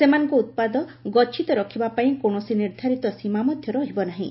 ସେମାନଙ୍କ ଉପାଦ ଗଛିତ ରଖିବା ପାଇଁ କୌଶସି ନିର୍ଦ୍ଧାରିତ ସୀମା ମଧ ରହିବ ନାହିଁ